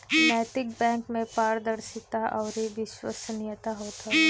नैतिक बैंक में पारदर्शिता अउरी विश्वसनीयता होत हवे